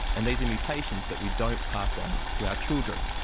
and these are mutations that we don't pass on to our children.